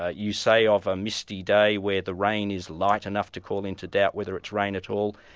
ah you say of a misty day where the rain is light enough to call into doubt whether it's rain at all,